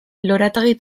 lorategi